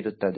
ಇರುತ್ತದೆ